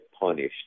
punished